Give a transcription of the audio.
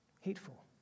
hateful